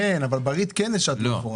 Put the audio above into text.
אבל ב-ריט כן השתנו אחורה.